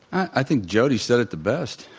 i think jody said it the best.